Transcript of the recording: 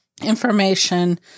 information